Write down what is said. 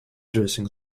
dressing